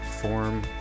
form